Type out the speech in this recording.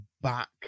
back